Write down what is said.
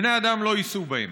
בני אדם לא ייסעו בהם.